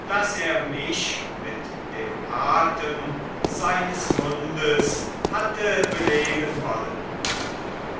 daß er mich mit dem atem seines mundes hatte beleben wollen